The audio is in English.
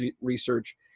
research